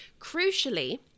Crucially